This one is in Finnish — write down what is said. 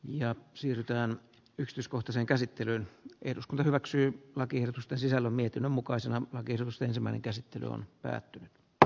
ja siirrytään yksityiskohta sen käsittelyyn eduskunta hyväksyy lakiehdotusta sisällä mietinnön mukaisena magirus ensimmäinen käsittely on päättynyt tehtävällä ratkaisulla